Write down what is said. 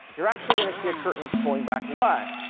you're actually gonna see a curtain that's pulling back away.